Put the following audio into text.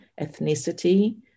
ethnicity